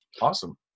awesome